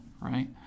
right